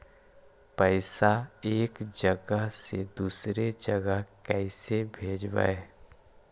पैसा एक जगह से दुसरे जगह कैसे भेजवय?